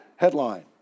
Headline